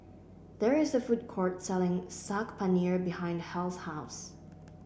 there is a food court selling Saag Paneer behind Hal's house